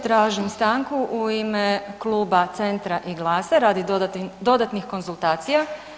Tražim stanku u ime kluba Centra i GLAS-a radi dodatnih konzultacija.